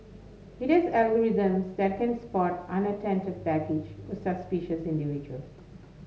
it is algorithms that can spot unattended baggage or suspicious individuals